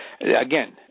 again –